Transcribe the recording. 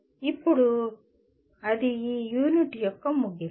ఇప్పుడు అది ఈ యూనిట్ యొక్క ముగింపు